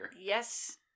Yes